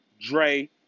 Dre